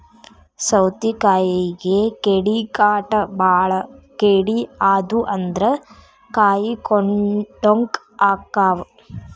ಸೌತಿಕಾಯಿಗೆ ಕೇಡಿಕಾಟ ಬಾಳ ಕೇಡಿ ಆದು ಅಂದ್ರ ಕಾಯಿ ಡೊಂಕ ಅಕಾವ್